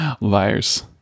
Liars